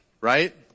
right